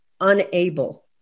unable